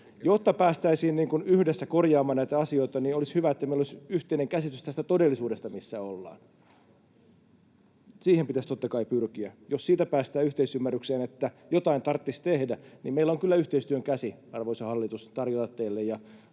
Jotta päästäisiin yhdessä korjaamaan näitä asioita, olisi hyvä, että meillä olisi yhteinen käsitys tästä todellisuudesta, missä ollaan. Siihen pitäisi totta kai pyrkiä. Jos siitä päästään yhteisymmärrykseen, että jotain tarttis tehdä, niin meillä on kyllä yhteistyön käsi, arvoisa hallitus, tarjota teille